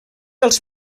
els